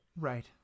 Right